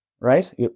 right